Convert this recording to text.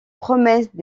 promesses